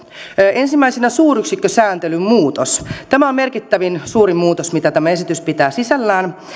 ensimmäisenä suuryksikkösääntelyn muutos tämä on merkittävin suuri muutos mitä tämä esitys pitää sisällään